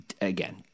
Again